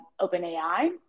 OpenAI